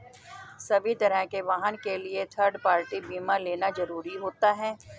सभी तरह के वाहन के लिए थर्ड पार्टी बीमा लेना जरुरी होता है